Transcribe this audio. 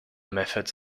methods